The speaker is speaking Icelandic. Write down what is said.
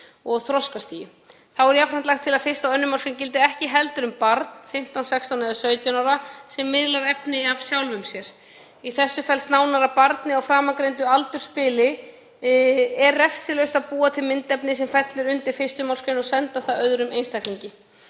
og þroskastigi. Þá er jafnframt lagt til að 1. og 2. mgr. gildi ekki heldur um 15, 16 eða 17 ára barn sem miðlar efni af sjálfu sér. Í því felst nánar að barni á framangreindu aldursbili er refsilaust að búa til myndefni sem fellur undir 1. mgr. og senda það öðrum einstaklingi.